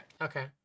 Okay